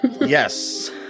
Yes